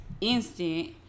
instant